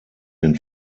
den